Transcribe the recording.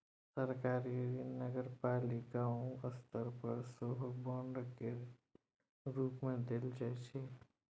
सरकारी ऋण नगरपालिको स्तर पर सेहो बांड केर रूप मे देल जाइ छै